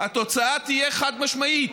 התוצאה תהיה חד-משמעית: